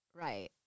right